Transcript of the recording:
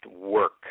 work